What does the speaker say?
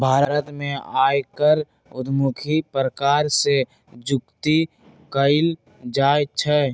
भारत में आयकर उद्धमुखी प्रकार से जुकती कयल जाइ छइ